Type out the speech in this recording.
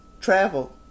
travel